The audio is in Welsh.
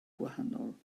gwahanol